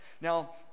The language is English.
now